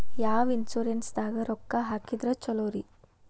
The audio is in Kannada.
ಯಾವ ಇನ್ಶೂರೆನ್ಸ್ ದಾಗ ರೊಕ್ಕ ಹಾಕಿದ್ರ ಛಲೋರಿ?